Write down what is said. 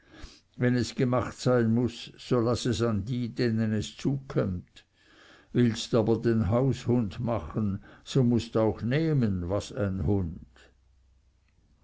wenn es gemacht sein muß so laß es an die denen es zukömmt willst aber den haushund machen so mußt auch nehmen was ein hund